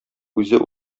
үзе